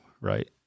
right